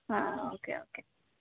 ಹಾಂ okay okay